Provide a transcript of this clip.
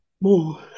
more